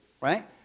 right